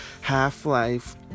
Half-Life